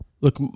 look